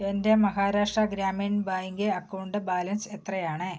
എൻ്റെ Maharashtra Gramin bank account balance എത്രയാണ്